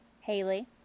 Haley